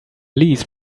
lease